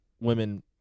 women